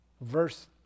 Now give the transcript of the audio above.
Verse